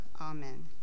Amen